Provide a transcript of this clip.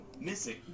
Missing